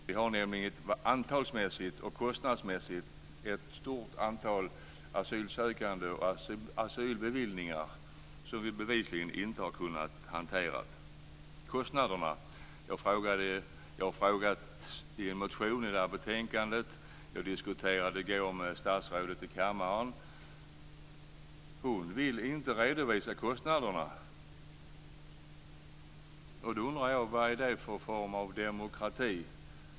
Det är nämligen ett stort antal asylsökande och asylbeviljanden som vi bevisligen inte har kunnat hantera. Jag har i en motion i det här betänkandet frågat om kostnaderna, och jag diskuterade dem i förrgår med statsrådet här i kammaren. Hon vill inte redovisa kostnaderna. Då undrar jag: Vad är det för form av demokrati?